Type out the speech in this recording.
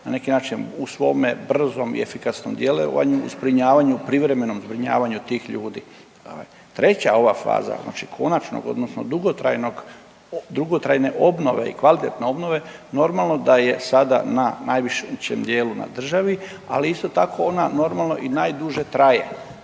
na neki način u svome brzom i efikasnom djelovanju, u zbrinjavanju, privremenom zbrinjavanju tih ljudi. Treća ova faza, znači konačnog odnosno dugotrajne obnove i kvalitetne obnove normalno da je sada na najvećem dijelu na državi, ali isto tako ona normalno i najduže traje.